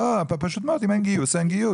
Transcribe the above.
אם אין גיוס, אין גיוס.